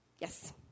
Yes